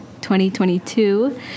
2022